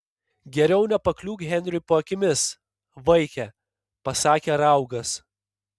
geriau nepakliūk henriui po akimis vaike pasakė raugas